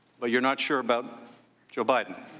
but you're not sure about joe biden?